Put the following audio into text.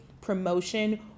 promotion